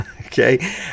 Okay